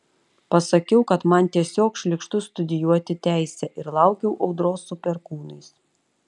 pasakiau kad man tiesiog šlykštu studijuoti teisę ir laukiau audros su perkūnais